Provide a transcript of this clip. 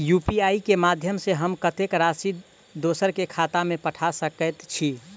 UPI केँ माध्यम सँ हम कत्तेक राशि दोसर केँ खाता मे पठा सकैत छी?